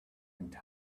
and